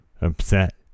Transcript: upset